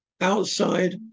outside